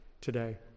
today